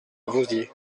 vouziers